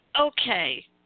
okay